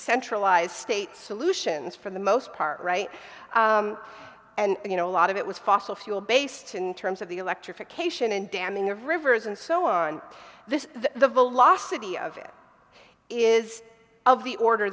centralized state solutions for the most part right and you know a lot of it was fossil fuel based in terms of the electrification and damming of rivers and so on this the velocity of it is of the order